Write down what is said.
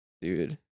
Dude